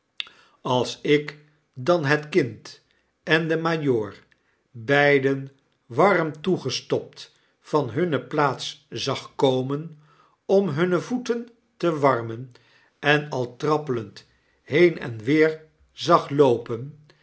als ik dan het kind en den majoor beiden warm toegestopt van hunne plaats zag komen om hunne voeten te warmen en al trappelend heen en weer zag loopen